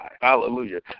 Hallelujah